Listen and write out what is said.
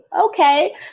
Okay